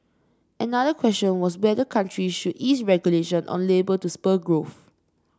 another question was whether countries should ease regulation on labour to spur growth